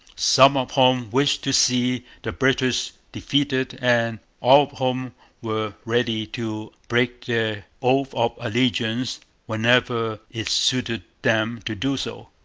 some of whom wished to see the british defeated and all of whom were ready to break their oath of allegiance whenever it suited them to do so.